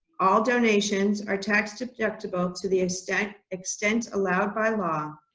all donations are tax-deductible to the extent extent allowed by law.